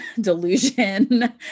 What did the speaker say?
delusion